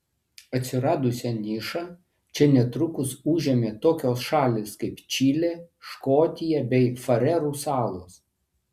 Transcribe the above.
atsiradusią nišą čia netrukus užėmė tokios šalys kaip čilė škotija bei farerų salos